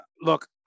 Look